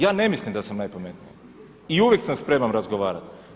Ja ne mislim da sam najpametniji i uvijek sam spreman razgovarati.